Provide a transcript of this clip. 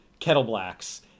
kettleblacks